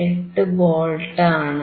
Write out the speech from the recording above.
68 volt ആണ്